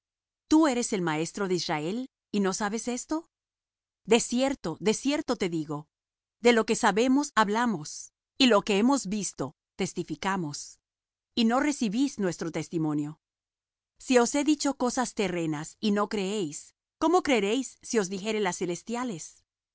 tú eres el maestro de israel y no sabes esto de cierto de cierto te digo que lo que sabemos hablamos y lo que hemos visto testificamos y no recibís nuestro testimonio si os he dicho cosas terrenas y no creéis cómo creeréis si os dijere las celestiales